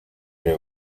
new